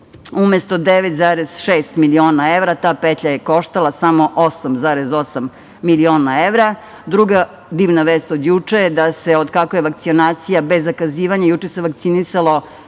Umesto 9,6 miliona evra, ta petlja je koštala samo 8,8 miliona evra. Druga divna vest od juče je da se od kako je vakcinacija bez zakazivanja, juče se vakcinisalo